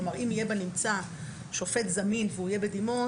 כלומר, אם יהיה בנמצא שופט זמין והוא יהיה בדימוס.